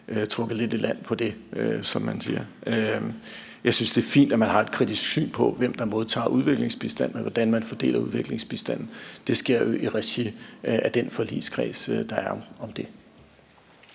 trukket lidt i land i forhold til det, som man siger. Jeg synes, at det er fint, at man har et kritisk syn på, hvem der modtager udviklingsbistand, og hvordan man fordeler udviklingsbistanden. Det sker jo i regi af den forligskreds, der er om det.